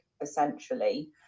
essentially